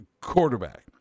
quarterback